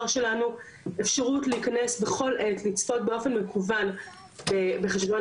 לצפות באופן מקוון בחשבון הפיקדון שלהם בהפקדות שבוצעו או לא בוצעו.